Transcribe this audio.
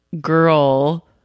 girl